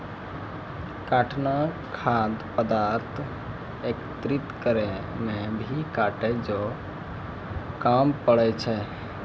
काटना खाद्य पदार्थ एकत्रित करै मे भी काटै जो काम पड़ै छै